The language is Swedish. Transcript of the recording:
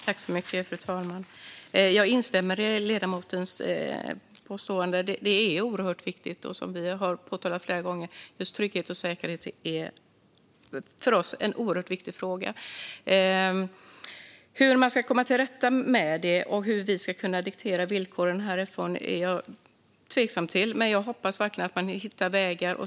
Fru talman! Jag instämmer med det ledamoten säger. Det är oerhört viktigt. Vi har flera gånger påpekat att just trygghet och säkerhet är en oerhört viktig fråga för oss. När det gäller hur man ska kunna komma till rätta med det och hur vi ska diktera villkoren härifrån är jag tveksam. Men jag hoppas verkligen att man hittar vägar.